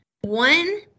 one